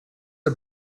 are